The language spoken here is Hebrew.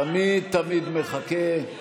תמיד תמיד מחכה.